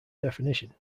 definition